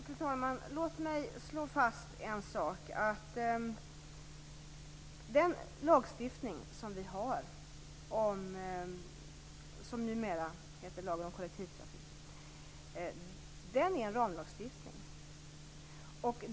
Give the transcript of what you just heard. Fru talman! Låt mig slå fast att den lagstiftning som vi har och som numera heter lagen om kollektivtrafik, är en ramlagstiftning.